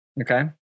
Okay